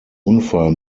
unfall